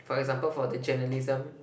for example for the journalism